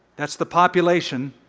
that's the population.